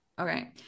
Okay